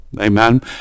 amen